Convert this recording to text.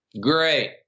Great